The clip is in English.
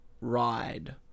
ride